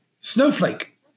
Snowflake